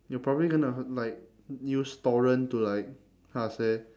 you're probably gonna like use torrent to like how to say